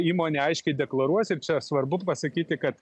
įmonė aiškiai deklaruos ir čia svarbu pasakyti kad